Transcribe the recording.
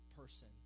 person